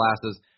classes